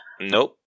Nope